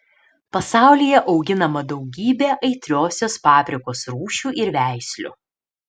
pasaulyje auginama daugybė aitriosios paprikos rūšių ir veislių